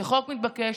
זה חוק מתבקש.